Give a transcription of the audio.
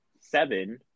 seven